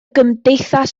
gymdeithas